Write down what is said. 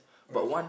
yes